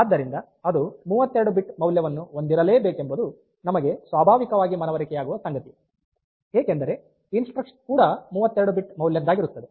ಆದ್ದರಿಂದ ಅದು 32 ಬಿಟ್ ಮೌಲ್ಯವನ್ನು ಹೊಂದಿರಲೇಬೇಕೆಂಬುದು ನಮಗೆ ಸ್ವಾಭಾವಿಕವಾಗಿ ಮಾನವರಿಕೆಯಾಗುವ ಸಂಗತಿ ಏಕೆಂದರೆ ಇನ್ಸ್ಟ್ರಕ್ಷನ್ ಕೂಡ 32 ಬಿಟ್ ಮೌಲ್ಯದ್ದಾಗಿರುತ್ತದೆ